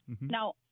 Now